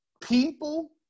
People